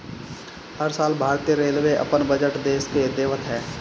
हर साल भारतीय रेलवे अपन बजट देस के देवत हअ